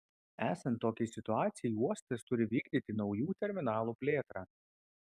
esant tokiai situacijai uostas turi vykdyti naujų terminalų plėtrą